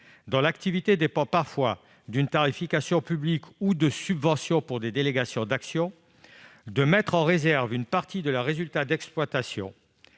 dont l'activité dépend parfois d'une tarification publique ou de subventions pour des délégations d'action, de mettre en réserve une partie de leur résultat d'exploitation.